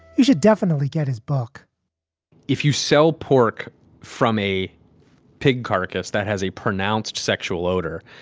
you should definitely get his book if you sell pork from a pig carcass that has a pronounced sexual odor,